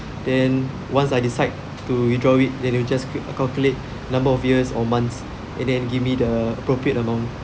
then once I decide to withdraw it then it'll just keep calculate number of years or months and then give me the appropriate amount